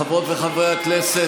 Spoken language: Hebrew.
חברות וחברי הכנסת,